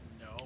no